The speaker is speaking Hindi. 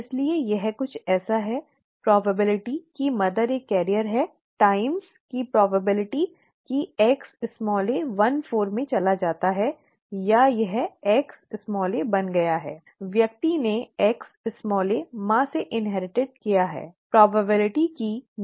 इसलिए यह कुछ ऐसा है संभावना कि माँ एक वाहक है टाइम्स की संभावना कि Xa 14 में चला जाता है या यह Xa बन गया है व्यक्ति ने Xa मां से इन्हिरटिड किया है ठीक है